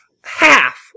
Half